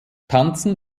tanzen